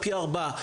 פי ארבעה.